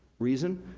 reason?